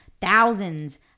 Thousands